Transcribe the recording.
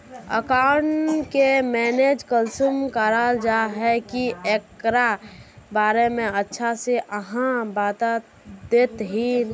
Account के manage कुंसम कराल जाय है की एकरा बारे में अच्छा से आहाँ बता देतहिन?